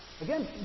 Again